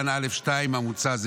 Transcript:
סעיף (א2) המוצע,